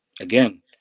again